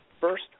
first